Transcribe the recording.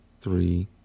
three